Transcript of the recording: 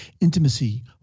intimacy